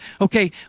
Okay